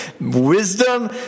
wisdom